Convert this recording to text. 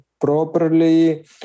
properly